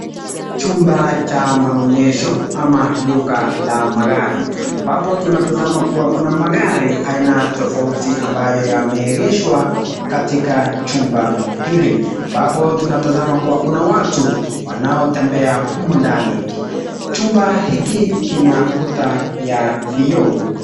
Chumba cha maonyesho ama duka la magari, ambapo tunatazama kua kuna magari aina tofauti ambayo yameegeshwa katika chumba hili ,ambapo tunatazama kua kuna watu wanaotembea humu ndani. Chumba hiki kina kuta ya vioo.